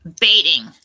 baiting